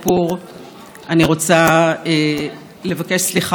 מהציבור על כך שטרם הצלחנו להחליף את